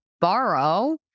borrow